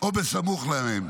או בסמוך להן.